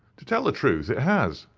to tell the truth, it has,